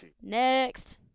Next